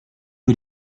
que